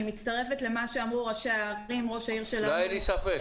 אני מצטרפת למה שאמרו ראשי הערים -- לא היה לי ספק.